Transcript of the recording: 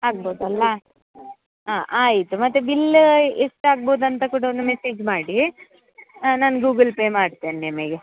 ಆಗ್ಬಹುದಲ್ಲ ಹಾಂ ಆಯಿತು ಮತ್ತೆ ಬಿಲ್ ಎಷ್ಟು ಆಗ್ಬಹುದು ಅಂತ ಕೂಡಾ ಒಂದು ಮೆಸೇಜ್ ಮಾಡಿ ನಾನು ಗೂಗಲ್ ಪೇ ಮಾಡ್ತೇನೆ ನಿಮಗೆ